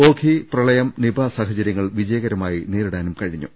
ഓഖി പ്രളയം നിപ സാഹചര്യ ങ്ങൾ വിജയകരമായി നേരിടാനും കഴിഞ്ഞു